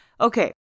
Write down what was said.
Okay